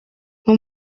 nko